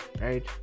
right